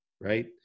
right